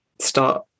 start